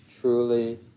truly